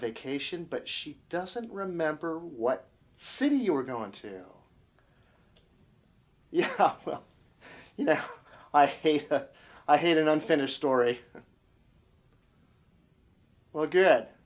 vacation but she doesn't remember what city you were going to you well you know i hate i had an unfinished story well good